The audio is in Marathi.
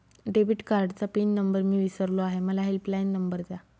डेबिट कार्डचा पिन नंबर मी विसरलो आहे मला हेल्पलाइन नंबर द्या